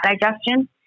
digestion